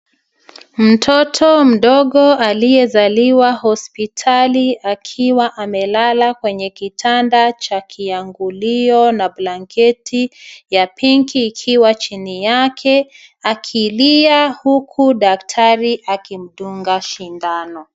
Mtoto mdogo aliyezaliwa hospitali akiwa amelala kwenye kitanda cha kiangulio na blanketi ya pinki ikiwa chini yake akilia huku daktari akimdunga sindano.